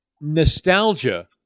Nostalgia